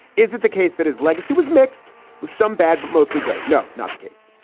is it the case that his legacy was mixed with some bad but mostly good? no, not the case.